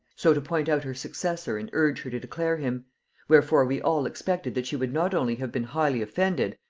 so to point out her successor and urge her to declare him wherefore we all expected that she would not only have been highly offended,